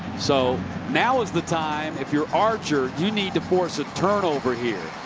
so now is the time if you're archer, you need to force a turnover here.